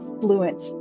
fluent